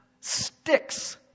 sticks